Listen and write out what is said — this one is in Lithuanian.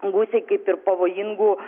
gūsiai kaip ir pavojingų